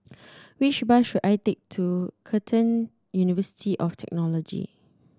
which bus should I take to Curtin University of Technology